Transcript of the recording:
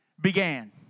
began